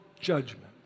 judgment